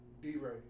D-Ray